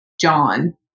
John